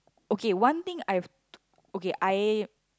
okay one thing I've okay I